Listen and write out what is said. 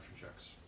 checks